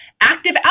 active